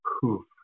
poof